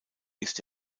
ist